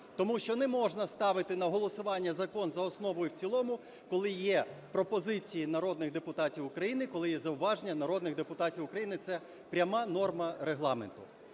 Тому що не можна ставити на голосування закон за основу і в цілому, коли є пропозиції народних депутатів України, коли є зауваження народних депутатів України.–Це пряма норма Регламенту.